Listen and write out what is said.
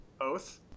Oath